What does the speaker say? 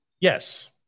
Yes